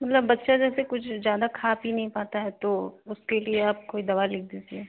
मतलब बच्चा जैसे कुछ ज़्यादा खा पी नहीं पाता है तो उसके लिए आप कोई दवा लिख दीजिए